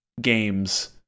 games